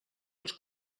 els